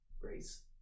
Grace